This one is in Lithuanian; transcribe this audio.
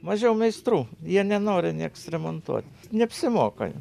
mažiau meistrų jie nenori nieks remontuot neapsimoka